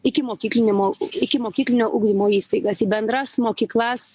ikimokyklinimo ikimokyklinio ugdymo įstaigas į bendras mokyklas